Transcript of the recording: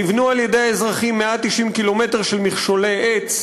נבנו על-ידי האזרחים 190 קילומטר של מכשולי עץ,